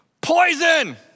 poison